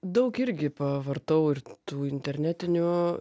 daug irgi pavartau ir tų internetinių